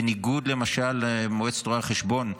בניגוד למשל למועצת רואי החשבון,